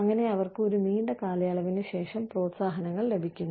അങ്ങനെ അവർക്ക് ഒരു നീണ്ട കാലയളവിനു ശേഷം പ്രോത്സാഹനങ്ങൾ ലഭിക്കുന്നു